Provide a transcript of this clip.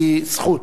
היא זכות.